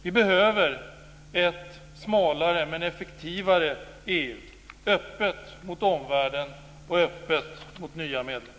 Vi behöver ett smalare men effektivare EU som är öppet mot omvärlden och mot nya medlemmar.